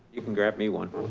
you can grab me one.